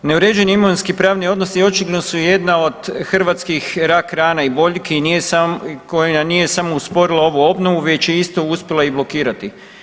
Neuređeni imovinski pravni odnosi očigledno su jedna od hrvatskih rak-rana i boljki i koji nije samo usporila ovu obnovu već je isto uspjela i blokirati.